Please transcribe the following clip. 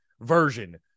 version